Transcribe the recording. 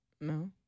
No